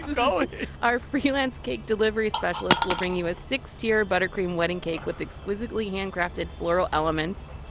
going our freelance cake delivery specialists will bring you a six-tier buttercream wedding cake with exquisitely handcrafted floral elements.